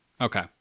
Okay